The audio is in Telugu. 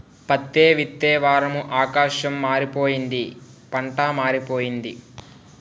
పత్తే విత్తే వారము ఆకాశం మారిపోయింది పంటా మారిపోయింది